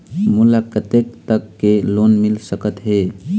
मोला कतेक तक के लोन मिल सकत हे?